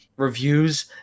reviews